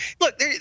look